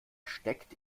steckt